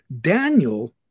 Daniel